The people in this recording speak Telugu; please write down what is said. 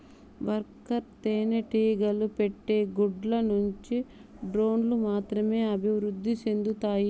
వర్కర్ తేనెటీగలు పెట్టే గుడ్ల నుండి డ్రోన్లు మాత్రమే అభివృద్ధి సెందుతాయి